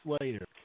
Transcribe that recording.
later